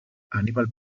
aníbal